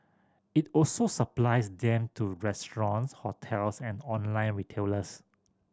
it also supplies them to restaurants hotels and online retailers